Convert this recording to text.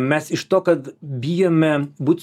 mes iš to kad bijome būt